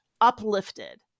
uplifted